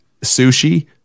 sushi